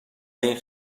این